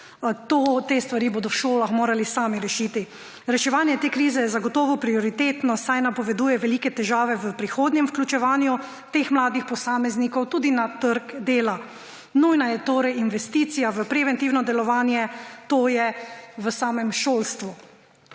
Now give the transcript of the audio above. te stvari bodo v šolah morali sami rešiti. Reševanje te krize je zagotovo prioritetno, saj napoveduje velike težave v prihodnjem vključevanju teh mladih posameznikov tudi na trg dela. Nujna je torej investicija v preventivno delovanje, to je v samem šolstvu.